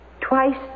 Twice